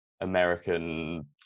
american